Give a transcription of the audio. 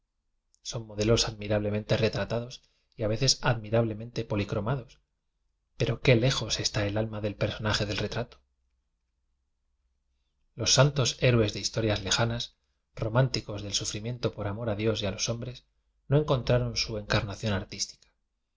son modelos admirablemente retratados y a veces admirablemente poli cromados pero qué lejos está el alma del personaje del retrato los santos héroes de historias lejanas románticos del sufrimiento por amor a dios y a los hombres no encontraron su encar nación artística